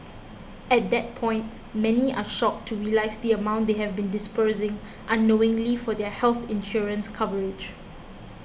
at that point many are shocked to realise the amount they have been disbursing unknowingly for their health insurance coverage